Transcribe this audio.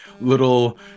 little